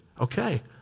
Okay